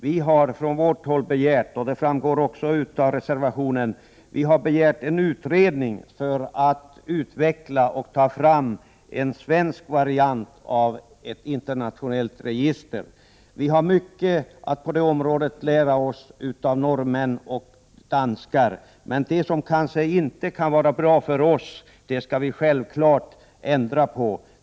Vi har från vårt håll — det framgår också av reservationen — begärt en utredning för att utveckla och ta fram en svensk variant av ett internationellt register. Vi har mycket att lära oss på det området av norrmän och danskar. Men det som kanske inte är bra för oss skall vi självfallet ändra på.